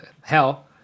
hell